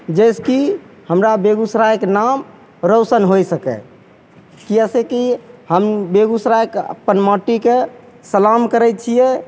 जाहिसेकि हमरा बेगूसरायके नाम रोशन होइ सकै किएक से कि हम बेगूसरायके अप्पन माटीके सलाम करै छिए